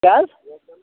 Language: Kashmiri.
کیٛاہ حظ